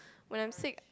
when I sick